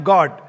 God